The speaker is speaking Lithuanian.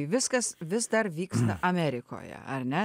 viskas vis dar vyksta amerikoje ar ne